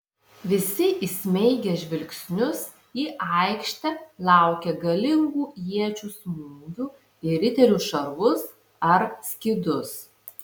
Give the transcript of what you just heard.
visi įsmeigę žvilgsnius į aikštę laukė galingų iečių smūgių į riterių šarvus ar skydus